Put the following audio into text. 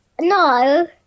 no